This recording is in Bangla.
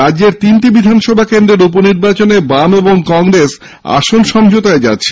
রাজ্যের তিনটি বিধানসভা কেন্দ্রের উপনির্বাচনে বাম ও কংগ্রেস আসন সমঝোতায় যাচ্ছে